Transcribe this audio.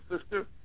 sister